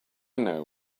know